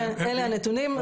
אלה הנתונים,